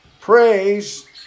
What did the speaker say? Praise